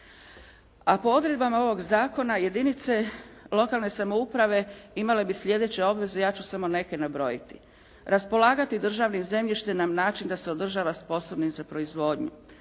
A po odredbama ovog zakona jedinice lokalne samouprave imale bi sljedeće obveze, ja ću samo neke nabrojiti. Raspolagati državnim zemljištem na način da se održava sposobnim za proizvodnju.